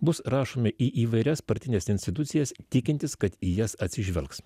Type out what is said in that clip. bus rašomi į įvairias partines institucijas tikintis kad į jas atsižvelgs